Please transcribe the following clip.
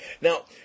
Now